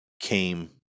came